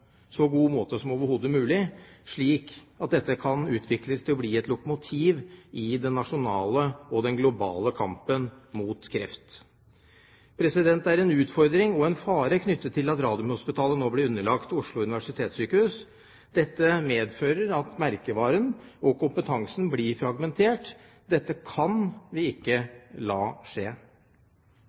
så god måte som overhodet mulig, slik at dette kan utvikles til å bli et lokomotiv i den nasjonale og globale kampen mot kreft. Det er en utfordring og en fare ved at Radiumhospitalet nå blir underlagt Oslo universitetssykehus. Dette medfører at merkevaren og kompetansen blir fragmentert. Dette kan vi ikke la skje.